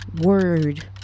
word